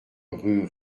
rue